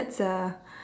that's a